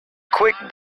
quick